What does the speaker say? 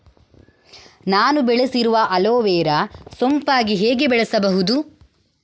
ನಾನು ಬೆಳೆಸಿರುವ ಅಲೋವೆರಾ ಸೋಂಪಾಗಿ ಹೇಗೆ ಬೆಳೆಸಬಹುದು?